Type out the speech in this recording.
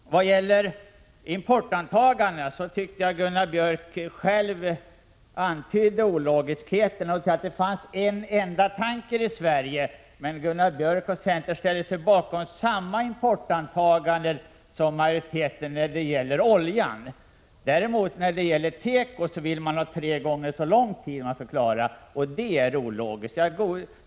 Vad gäller importantagandena tycker jag att Gunnar Björk i Gävle själv antydde motsägelsen. Han sade att det finns en enda tanker i Sverige, men Gunnar Björk och centern ställer sig bakom samma importantagande som majoriteten när det gäller oljan. Däremot när det gäller teko vill centern att man skall klara tre gånger så lång tid, och det är ologiskt.